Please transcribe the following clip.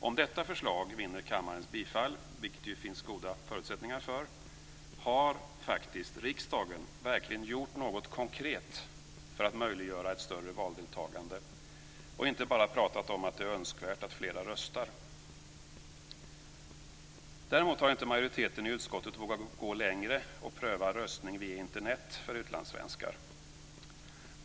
Om detta förslag vinner kammarens bifall, vilket det finns goda förutsättningar för, har riksdagen verkligen gjort något konkret för att möjliggöra ett större valdeltagande och inte bara pratat om att det är önskvärt att flera röstar. Däremot har majoriteten i utskottet inte vågat gå längre och pröva röstning via Internet för utlandssvenskar.